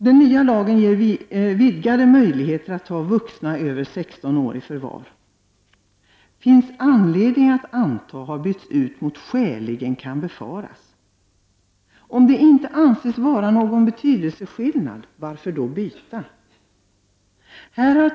Den nya lagen ger vidgade möjligheter att ta vuxna över 16 år i förvar. Formuleringen ”finns anledning att anta” har bytts ut mot ”skäligen kan befaras”. Varför byter man ut formuleringen, om det inte anses vara någon betydelseskillnad?